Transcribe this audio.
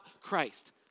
Christ